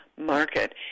market